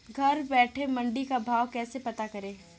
घर बैठे मंडी का भाव कैसे पता करें?